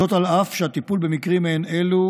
אף שהטיפול במקרים מעין אלו,